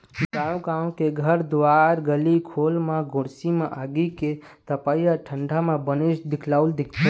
गाँव गाँव के घर दुवार गली खोर म गोरसी म आगी के तपई ह ठंडा म बनेच दिखउल देथे